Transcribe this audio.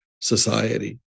society